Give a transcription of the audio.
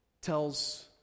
tells